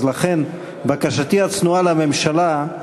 אז לכן בקשתי הצנועה מהממשלה,